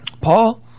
paul